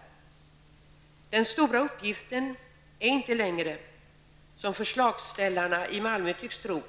Tyngdpunkten i skolläkarnas arbete ligger inte längre, som förslagsställarna i Malmö tycks tro,